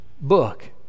book